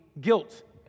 guilt